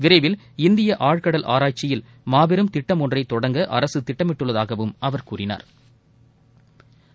விரைவில் இந்திய ஆழ்கடல் ஆராய்ச்சியில் மாபெரும் திட்டம் ஒன்றை தொடங்க அரசு திட்டமிட்டுள்ளதாகவும் அவர் கூறினா்